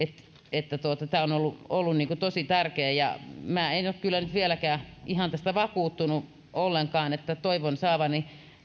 tämä on ollut ollut tosi tärkeä minä en ole kyllä nyt vieläkään tästä vakuuttunut ollenkaan toivon saavani